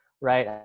right